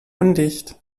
undicht